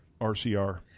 RCR